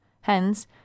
hence